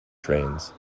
trains